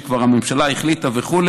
וכבר הממשלה החליטה וכו'